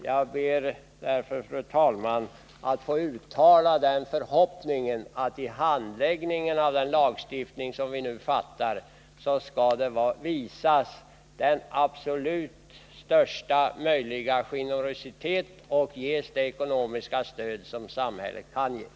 Jag ber därför, fru talman, att få uttala förhoppningen att vid handläggningen av den lagstiftning som vi nu fattar beslut om skall det absolut visas största möjliga generositet och ges det ekonomiska stöd som samhället kan ge.